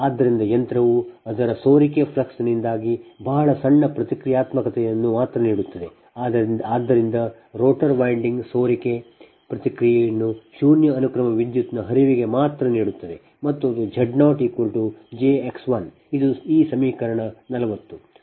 ಆದ್ದರಿಂದ ಯಂತ್ರವು ಅದರ ಸೋರಿಕೆ ಫ್ಲಕ್ಸ್ ನಿಂದಾಗಿ ಬಹಳ ಸಣ್ಣ ಪ್ರತಿಕ್ರಿಯಾತ್ಮಕತೆಯನ್ನು ಮಾತ್ರ ನೀಡುತ್ತದೆ ಆದ್ದರಿಂದ ರೋಟರ್ windig ಸೋರಿಕೆ ಪ್ರತಿಕ್ರಿಯೆಯನ್ನು ಶೂನ್ಯ ಅನುಕ್ರಮ ವಿದ್ಯುತ್ನ ಹರಿವಿಗೆ ಮಾತ್ರ ನೀಡುತ್ತವೆ ಮತ್ತು ಅದು Z 0 jX l ಈ ಸಮೀಕರಣ 40